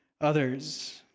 others